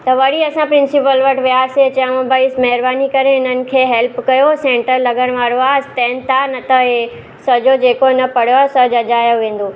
त वरी असां प्रिंसिपल वटि वियासीं चयूं भाइ महिरबानी करे हिननि खे हेल्प कयो सेंटर लॻण वारो आहे टेंथ आहे न त हीअ सॼो जेको हिन पढ़ियो आहे सभु अॼायो वेंदो